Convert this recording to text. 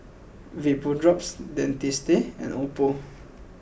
VapoDrops Dentiste and Oppo